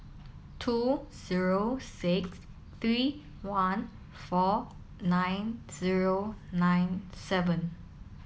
two zero six three one four nine zero nine seven